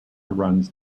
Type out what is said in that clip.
runs